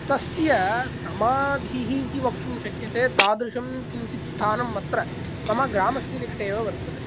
तस्य समाधिः इति वक्तुं शक्यते तादृशं किञ्चित् स्थानम् अत्र मम ग्रामस्य निकटे एव वर्तते